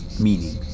meaning